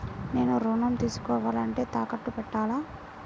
నేను ఋణం తీసుకోవాలంటే తాకట్టు పెట్టాలా?